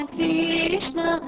Krishna